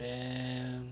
then